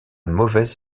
mauvaise